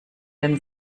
den